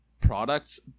products